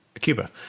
Cuba